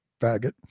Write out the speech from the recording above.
faggot